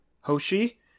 Hoshi